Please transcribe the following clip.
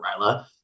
Ryla